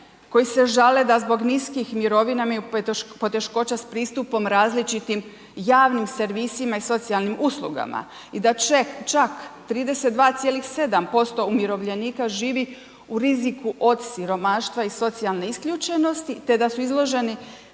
koji se žale da zbog niskih mirovina imaju poteškoća s pristupom različitim javnim servisima i socijalnim uslugama i da čak 32,7% umirovljenika živi u riziku od siromaštva i socijalne isključenosti te da su izloženi